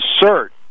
insert